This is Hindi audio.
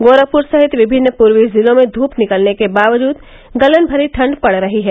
गोरखपुर सहित विभिन्न पूर्वी जिलों में धूप निकलने के बावजुद गलन भरी ठंड पड रही है